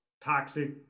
toxic